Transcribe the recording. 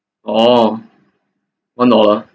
orh one dollar